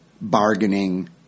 bargaining